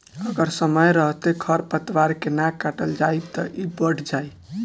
अगर समय रहते खर पातवार के ना काटल जाइ त इ बढ़ जाइ